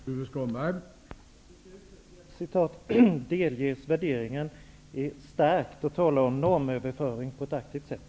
Herr talman! Uttrycket ''delges värderingen'' är starkt och talar om en normöverföring på ett aktivt sätt.